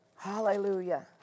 Hallelujah